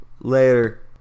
Later